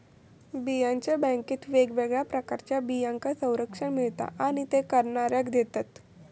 बियांच्या बॅन्केत वेगवेगळ्या प्रकारच्या बियांका संरक्षण मिळता आणि ते करणाऱ्याक देतत